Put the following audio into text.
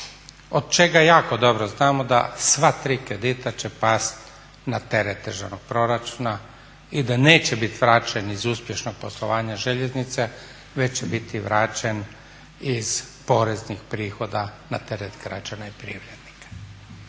od čega jako dobro znamo da sva tri kredita će pasti na teret državnog proračuna i da neće bit vraćen iz uspješnog poslovanja željeznice već će biti vraćen iz poreznih prihoda na teret građana i privrednika.